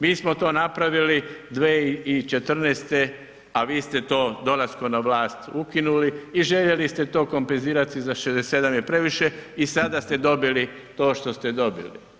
Mi smo to napravili 2014., a i ste to dolaskom na vlast ukinuli i željeli ste to kompenzirati za 67 je previše i sada ste dobili to što ste dobili.